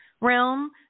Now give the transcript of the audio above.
realm